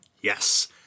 Yes